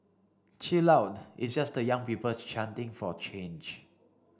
chill out it's just the young people chanting for change